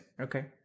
Okay